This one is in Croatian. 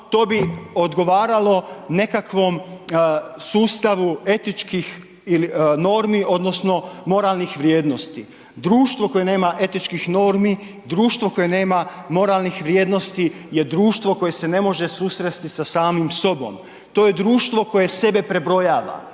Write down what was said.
to bi odgovaralo nekakvom sustavu etičkih normi, odnosno moralnih vrijednosti. Društvo koje nema etičkih normi, društvo koje nema moralnih vrijednosti je društvo koje se ne može susresti sa samim sobom. To je društvo koje sebe prebrojava.